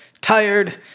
Tired